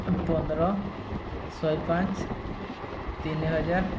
ପନ୍ଦର ଶହେ ପାଞ୍ଚ ତିନି ହଜାର